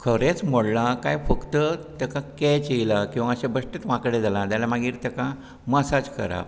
खरेंच मोडलां कांय फक्त ताका कॅच येयला किंवां मातशें बिश्टेंच वांकडें जालां जाल्यार मागीर तेका मसाज करप